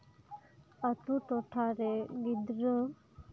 ᱟᱹᱛᱩ ᱴᱚᱴᱷᱟ ᱨᱮ ᱜᱤᱫᱽᱨᱟᱹ